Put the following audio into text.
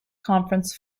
conference